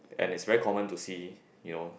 and is very common to see you know